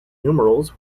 numerals